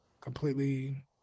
completely